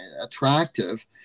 attractive